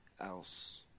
else